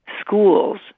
schools